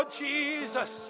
jesus